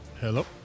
Hello